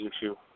issue